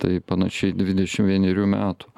tai panašiai dvidešim vienerių metų